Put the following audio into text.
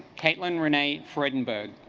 kaitlyn grenade friedenberg